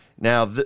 Now